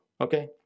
Okay